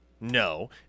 No